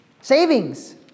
Savings